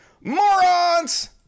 Morons